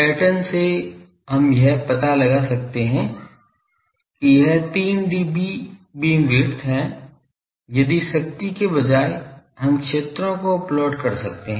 pattern से हम यह पता लगा सकते हैं कि यह 3 dB बीम विड्थ है यदि शक्ति के बजाय हम क्षेत्रों को प्लॉट कर सकते हैं